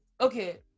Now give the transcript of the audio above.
okay